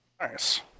Nice